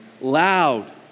loud